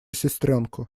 сестренку